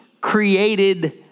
created